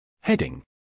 Heading